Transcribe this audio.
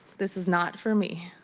this is not for me.